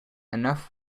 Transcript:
enough